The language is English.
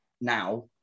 now